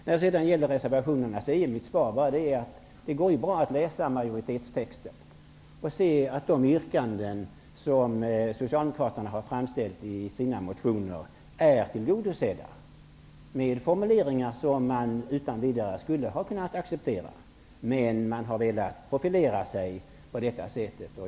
När det gäller reservationerna är mitt svar alltså att det går bra att läsa majoritetstexten och se att de yrkanden som Socialdemokraterna har ställt i sina motioner är tillgodosedda, med formuleringar som utan vidare skulle ha kunnat accepteras. Men man har velat profilera sig.